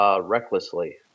recklessly